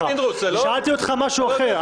שאלתי אותך משהו אחר.